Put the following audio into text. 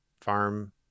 farm